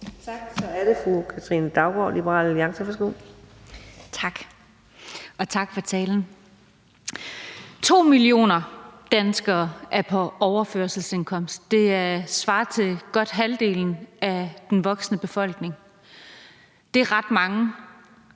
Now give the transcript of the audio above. Tak. Så er det fru Katrine Daugaard, Liberal Alliance. Værsgo. Kl. 21:19 Katrine Daugaard (LA): Tak. Og tak for talen. 2 millioner danskere er på overførselsindkomst. Det svarer til godt halvdelen af den voksne befolkning. Det er ret mange,